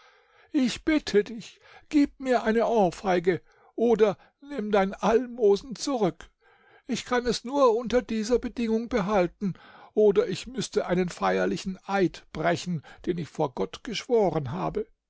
ich bitte dich gib mir eine ohrfeige oder nimm dein almosen zurück ich kann es nur unter dieser bedingung behalten oder ich müßte einen feierlichen eid brechen den ich vor gott geschworen habe